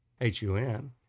H-U-N